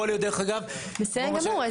בסדר גמור,